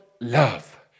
love